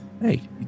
Hey